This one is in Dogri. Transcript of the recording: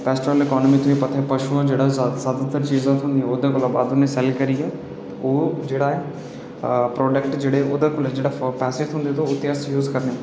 पेस्टरन अकानमी पशु ऐ जेह्ड़ा ज्यादा तों ज्यादातर चीज़ा ओह्दे कोला बद्ध औने शैल करियै ओह् प्रोडेक्ट जेह्ड़े ओह्दे कोला पैसे थ्हों ओह् अस जूय करने